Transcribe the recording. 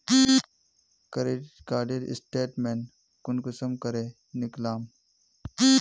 Credit कार्डेर statement कुंसम करे निकलाम?